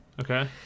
Okay